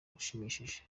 ushimishije